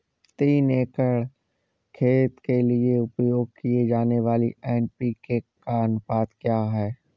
तीन एकड़ खेत के लिए उपयोग की जाने वाली एन.पी.के का अनुपात क्या है?